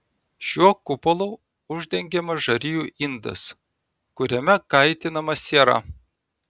šiuo kupolu uždengiamas žarijų indas kuriame kaitinama siera